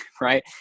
right